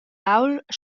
ault